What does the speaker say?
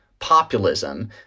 populism